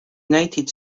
united